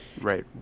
right